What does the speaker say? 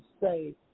say